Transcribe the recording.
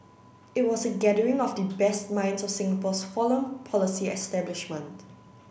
it was a gathering of the best minds of Singapore's foreign policy establishment